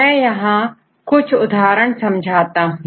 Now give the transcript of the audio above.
मैं यहां पर कुछ उदाहरण समझाता हूं